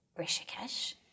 Rishikesh